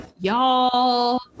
y'all